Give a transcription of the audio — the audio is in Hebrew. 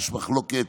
יש מחלוקת